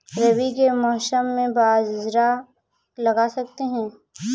रवि के मौसम में बाजरा लगा सकते हैं?